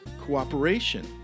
Cooperation